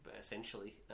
essentially